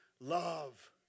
love